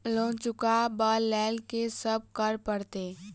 Loan चुका ब लैल की सब करऽ पड़तै?